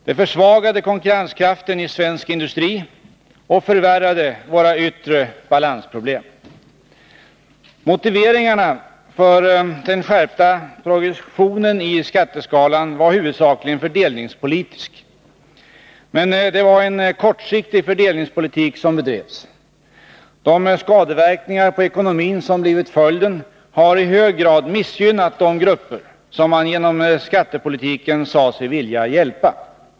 Det försvagade konkurrenskraften i svensk industri och förvärrade våra yttre balansproblem. Motiveringarna för den skärpta progressionen i skatteskalan var huvudsakligen fördelningspolitiska. Men det var en kortsiktig fördelningspolitik som bedrevs. De skadeverkningar på ekonomin som blivit följden har i hög grad missgynnat de grupper som man genom skattepolitiken sade sig vilja hjälpa.